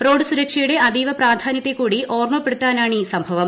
road സുരക്ഷയുടെ അതീവ പ്രാധാന്യത്തെ കൂടി ഓർമ്മപ്പെടുത്തുന്നതാണീ സംഭവം